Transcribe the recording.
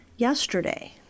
yesterday